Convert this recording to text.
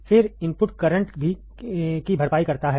फिर input current की भरपाई करता है